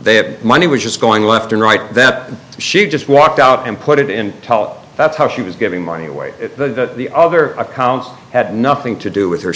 they had money was just going left and right that she just walked out and put it in tel that's how she was giving money away to the other accounts had nothing to do with her